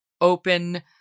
open